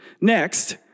Next